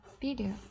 video